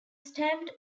stamped